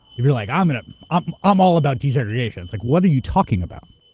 if you're like, um and i'm um all about desegregation, it's like, what are you talking about?